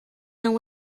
não